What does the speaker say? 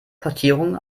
portierungen